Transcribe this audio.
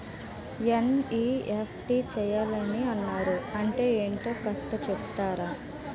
NEFT చేయాలని అన్నారు అంటే ఏంటో కాస్త చెపుతారా?